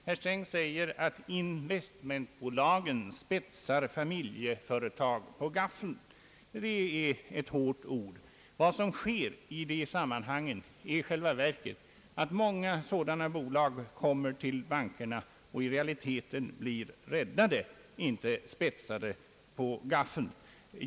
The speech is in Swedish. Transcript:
Han säger att investmentbolagen »spetsar familjeföretag på gaffeln». Det är ett hårt ord. Vad som sker i det sammanhanget är i själva verket, att många sådana bolag kommer till bankerna och i realiteten blir räddade, inte spetsade på gaffeln.